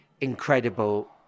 incredible